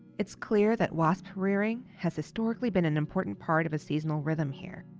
it's clear that wasp rearing has historically been an important part of a seasonal rhythm here,